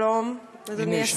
שלום אדוני השר.